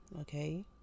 okay